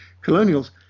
colonials